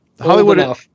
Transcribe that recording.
Hollywood